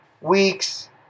week's